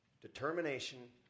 determination